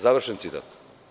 Završen citat.